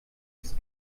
ist